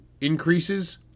increases